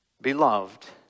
beloved